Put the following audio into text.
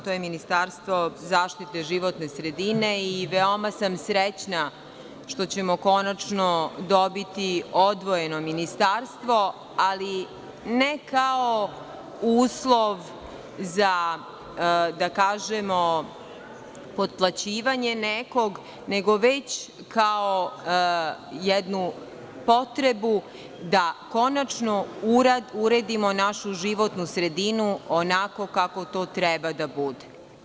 To je Ministarstvo zaštite životne sredine, i veoma sam srećna što ćemo konačno dobiti odvojeno ministarstvo, ali ne kao uslov za potptlaćivanje nekog, nego već kao jednu potrebu da konačno uredimo našu životnu sredinu, onako kako to treba da bude.